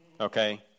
okay